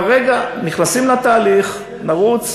כרגע נכנסים לתהליך, נרוץ